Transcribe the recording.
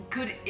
Good